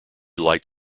light